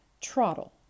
Trottle